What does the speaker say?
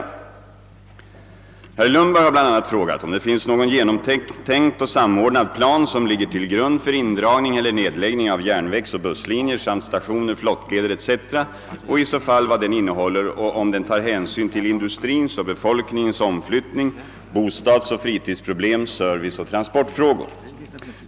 Herr Lundberg har bl.a. frågat om det finns någon genomtänkt och samordnad plan som ligger till grund för indragning eller nedläggning av järnvägsoch busslinjer samt stationer, flottleder etc. och i så fall vad den innehåller och om den tar hänsyn till industrins och befolkningens omflyttning, bostadsoch fritidsproblem, serviceoch transportfrågor.